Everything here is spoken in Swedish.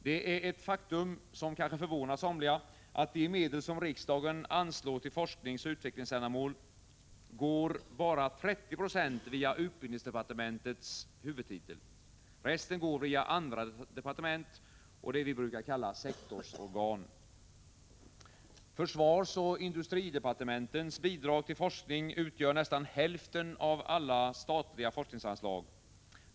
Det är ett faktum som kanske förvånar somliga att av de medel som riksdagen anslår till forskningsoch utvecklingsändamål bara 30 90 går via utbildningsdepartementets huvudtitel. Resten går via andra departement och det vi brukar kalla sektorsorgan. Försvarsoch industridepartementens bidrag till forskning utgör nästan hälften av alla statliga forskningsanslag.